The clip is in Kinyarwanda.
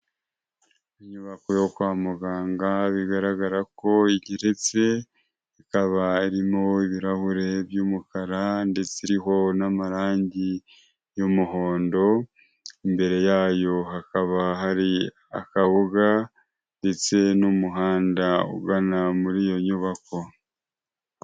Inyubako yo kwa muganga bigaragarako igeretse, ikaba irimo ibirahure by'umukara ndetse iriho n'amarangi y'umuhondo, imbere yayo hakaba hari akabuga ndetse n'umuhanda ugana muri iyo nyubako.